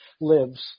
lives